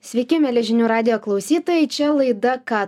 sveiki mieli žinių radijo klausytojai čia laida ką